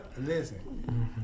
Listen